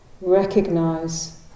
recognize